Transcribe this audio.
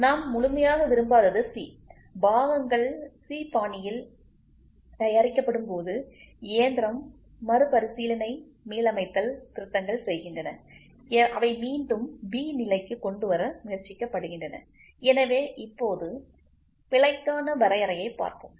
நாம் முழுமையாக விரும்பாதது சி பாகங்கள் சி பாணியில் தயாரிக்கப்படும் போது இயந்திரம் மறுபரிசீலனை மீளமைத்தல் திருத்தங்கள் செய்கின்றன அவை மீண்டும் பி நிலைக்கு கொண்டு வர முயற்சிக்கப்படுகின்றன எனவே இப்போது பிழைக்கான வரையறையைப் பார்ப்போம்